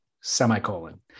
semicolon